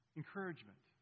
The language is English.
encouragement